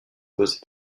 aux